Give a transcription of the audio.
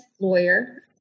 lawyer